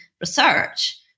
research